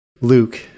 Luke